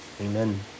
Amen